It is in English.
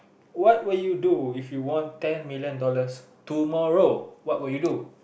what will you do if you want ten million dollars tomorrow what will you do